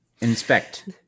Inspect